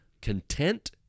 content